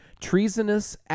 Treasonous